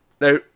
Now